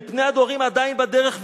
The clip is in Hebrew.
"אל פני הדוהרים עדיין בדרך,